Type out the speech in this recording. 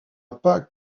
pas